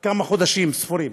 אחרי חודשים ספורים,